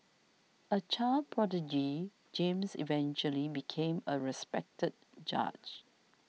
a child prodigy James eventually became a respected judge